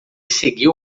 seguiu